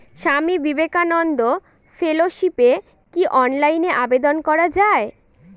স্বামী বিবেকানন্দ ফেলোশিপে কি অনলাইনে আবেদন করা য়ায়?